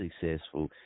successful